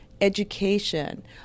education